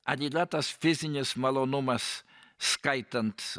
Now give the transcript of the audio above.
ar yra tas fizinis malonumas skaitant